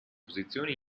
posizione